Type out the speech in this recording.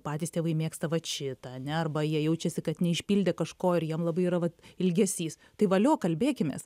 patys tėvai mėgsta vat šitą ane arba jie jaučiasi kad neišpildė kažko ir jiem labai yra vat ilgesys tai valio kalbėkimės